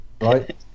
right